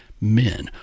men